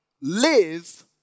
live